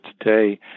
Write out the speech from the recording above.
today